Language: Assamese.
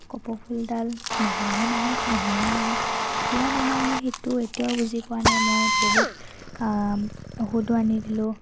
কপৌ ফুলডাল নহয় হে নহয় নহয় হে নহয় কিয় নহয় মই সেইটো এতিয়াও বুজি পোৱা নাই মই বহুত ঔষধো আনি দিলোঁ